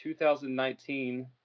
2019